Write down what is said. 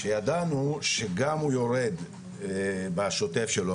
שידענו שגם הוא יורד בשוטף שלו,